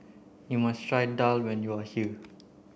you must try Daal when you are here